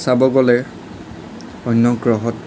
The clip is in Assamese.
চাব গ'লে অন্য গ্রহত